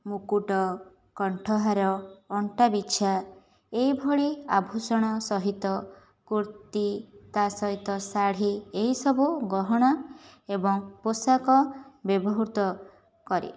ମୁକୁଟ କଣ୍ଠହାର ଅଣ୍ଟାବିଛା ଏହିଭଳି ଆଭୂଷଣ ସହିତ କୁର୍ତ୍ତି ତାସହିତ ଶାଢ଼ୀ ଏହିସବୁ ଗହଣା ଏବଂ ପୋଷାକ ବ୍ୟବହୃତ କରେ